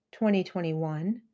2021